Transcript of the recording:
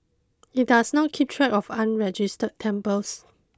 it does not keep track of unregistered temples